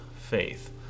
faith